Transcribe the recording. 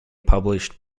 published